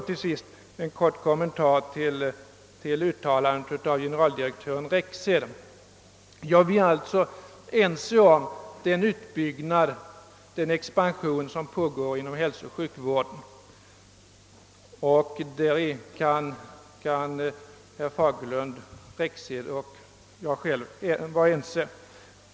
Till sist en kort kommentar till uttalandet av generaldirektör Rexed. Herr Fagerlund, herr Rexed och jag själv är ense om att en betydande utbyggnad och expansion pågår inom hälsooch sjukvården.